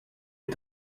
des